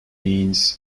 means